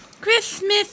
Christmas